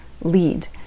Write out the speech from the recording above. lead